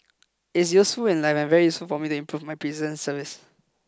it's useful in life and very useful for me to improve my prison service